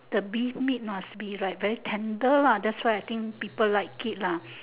the beef meat must be like very tender lah that's why I think people like it lah